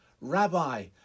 Rabbi